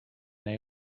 they